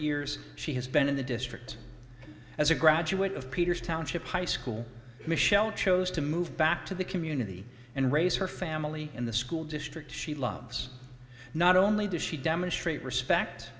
years she has been in the district as a graduate of peters township high school michelle chose to move back to the community and raise her family in the school district she loves not only does she demonstrate respect